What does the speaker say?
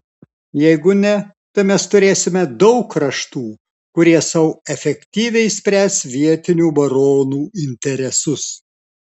jeigu ne tai mes turėsime daug kraštų kurie sau efektyviai spręs vietinių baronų interesus